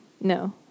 No